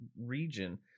region